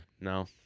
No